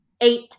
eight